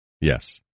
Yes